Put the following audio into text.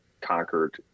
conquered